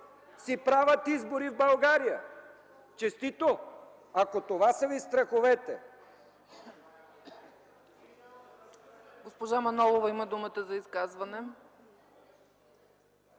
си правят избори в България. Честито! Ако това са ви страховете.